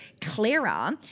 clearer